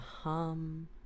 hum